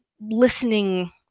listening